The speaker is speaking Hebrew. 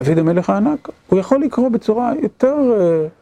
דוד המלך הענק, הוא יכול לקרוא בצורה יותר...